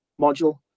module